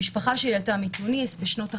המשפחה שלי עלתה מטוניס בשנות ה-50',